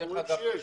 הם אומרים שיש.